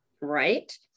right